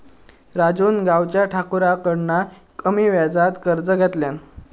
राजून गावच्या ठाकुराकडना कमी व्याजात कर्ज घेतल्यान